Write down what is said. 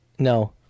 No